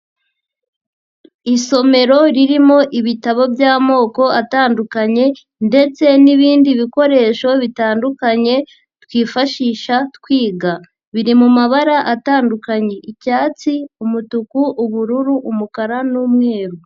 Isomero ririmo ibitabo by'amoko atandukanye, ndetse n'ibindi bikoresho bitandukanye twifashisha twiga. Biri mu mabara atandukanye:icyatsi, umutuku, ubururu, umukara n'umweru.